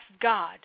God